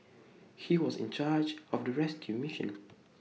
he was in charge of the rescue mission